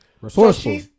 Resourceful